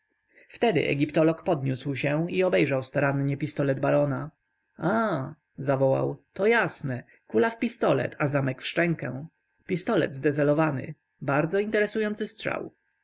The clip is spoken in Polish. wtedy egiptolog podniósł i obejrzał starannie pistolet barona a zawołał to jasne kula w pistolet a zamek w szczękę pistolet zdezelowany bardzo interesujący strzał